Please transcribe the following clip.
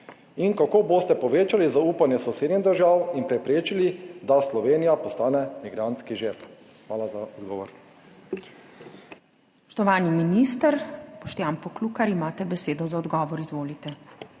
Kako boste povečali zaupanje sosednjih držav in preprečili, da Slovenija postane migrantski žep? Hvala za odgovor.